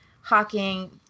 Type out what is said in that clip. hawking